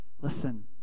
Listen